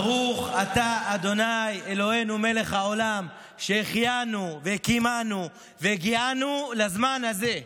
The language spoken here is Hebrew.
ברוך אתה ה' אלוהינו מלך העולם שהחיינו וקיימנו והגיענו לזמן הזה.